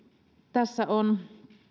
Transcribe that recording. tässä on